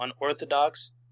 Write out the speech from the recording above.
unorthodox